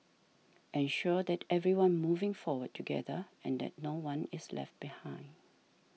ensure that everyone moving forward together and that no one is left behind